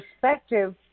perspective